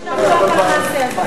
יישר כוח על המעשה הזה.